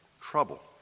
trouble